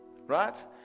right